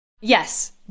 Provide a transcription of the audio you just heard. Yes